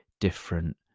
different